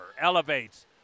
elevates